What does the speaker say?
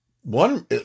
one